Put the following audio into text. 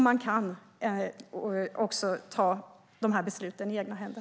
Man kan ta besluten i egna händer.